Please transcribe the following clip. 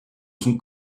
son